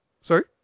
Sorry